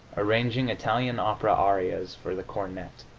arranging italian opera arias for the cornet.